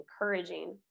encouraging